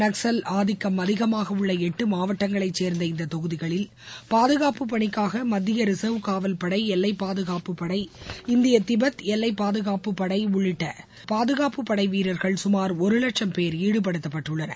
நக்சல் ஆதிக்கம் அதிகமாக உள்ள எட்டு மாவட்டங்களைச் சேர்ந்த இந்த தொகுதிகளில் பாதுகாப்பு பணிக்காக மத்திய ரிசர்வ் காவல்படை எல்லை பாதுகாப்புப்படை இந்திய திபெத் எல்லைப்பாதுகாப்புப் படை உள்ளிட்ட பாதுகாப்பு படைவீரர்கள் சுமார் ஒரு லட்சம் பேர் ஈடுபடுத்தப்பட்டுள்ளனர்